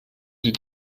sie